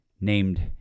named